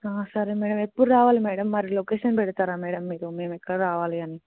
సరే మ్యాడమ్ ఎప్పుడు రావాలి మ్యాడమ్ మరి లొకేషన్ పెడతారా మ్యాడమ్ మీరు మేము ఎక్కడ రావాలి అని